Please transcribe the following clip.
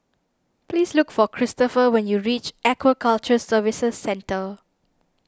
please look for Kristopher when you reach Aquaculture Services Centre